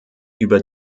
über